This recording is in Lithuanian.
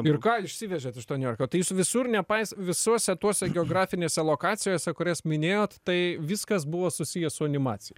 ir ką išsivežėt iš to niujorko tai jūs visur nepais visuose tuose geografinėse lokacijose kurias minėjot tai viskas buvo susiję su animacija